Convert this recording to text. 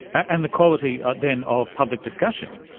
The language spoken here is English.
and the quality then of public discussion,